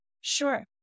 Sure